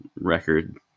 record